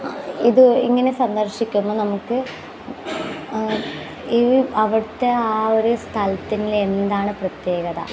ഇത് ഇങ്ങനെ സന്ദർശിക്കുമ്പോൾ നമുക്ക് അവിടുത്തെ ആ ഒരു സ്ഥലത്തിന് എന്താണ് പ്രത്യേകത